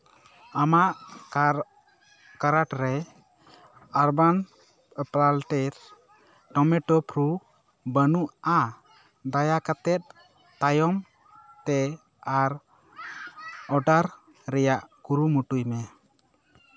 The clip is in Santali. ᱟᱢᱟᱜ ᱠᱟᱨ ᱠᱟᱨᱟᱴ ᱨᱮ ᱟᱨ ᱵᱟᱝ ᱯᱞᱟᱞᱴᱮᱨ ᱴᱚᱢᱮᱴᱳ ᱯᱷᱩᱨᱩ ᱵᱟᱹᱱᱩᱜᱼᱟ ᱫᱟᱭᱟ ᱠᱟᱛᱮᱫ ᱛᱟᱭᱚᱢ ᱛᱮ ᱟᱨ ᱚᱰᱟᱨ ᱨᱮᱭᱟᱜ ᱠᱩᱨᱩᱢᱩᱴᱩᱭ ᱢᱮ